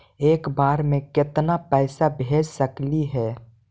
एक बार मे केतना पैसा भेज सकली हे?